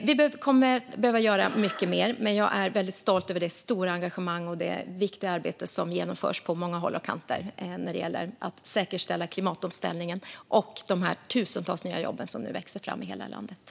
Vi kommer att behöva göra mycket mer, men jag är väldigt stolt över det stora engagemang och det viktiga arbete som genomförs på många håll och kanter när det gäller att säkerställa klimatomställningen och de tusentals nya jobb som nu växer fram i hela landet.